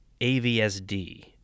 AVSD